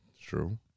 true